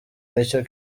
n’icyo